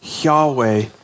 Yahweh